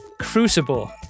crucible